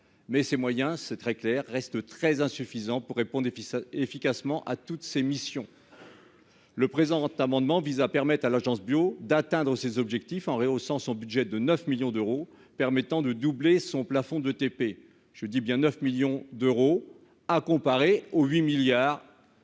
mais ces moyens, c'est très clair, reste très insuffisant pour répondez efficacement à toutes ses missions. Le présent amendement vise à permettre à l'Agence Bio d'atteindre ses objectifs en rehaussant son budget de 9 millions d'euros permettant de doubler son plafond de TP, je dis bien 9 millions d'euros, à comparer au 8 milliards.